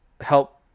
help